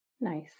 Nice